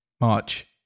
March